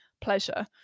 pleasure